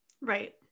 Right